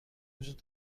وجود